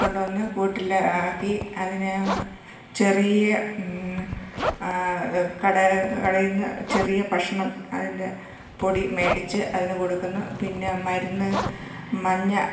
കൊണ്ടു വന്നു കൂട്ടിലാക്കി അതിന് ചെറിയ കട കളിയുന്ന ചെറിയ ഭക്ഷണം അതിൻ്റെ പൊടി മേടിച്ചു അതിന് കൊടുക്കുന്നു പിന്നെ മരുന്ന് മഞ്ഞ